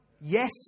Yes